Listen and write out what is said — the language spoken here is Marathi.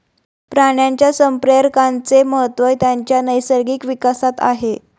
प्राण्यांच्या संप्रेरकांचे महत्त्व त्यांच्या नैसर्गिक विकासात आहे